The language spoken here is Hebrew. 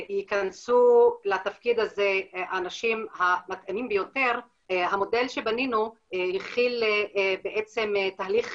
שייכנסו לתפקיד הזה האנשים המתאימים ביותר המודל שבנינו הכיל תהליך